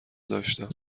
داشتم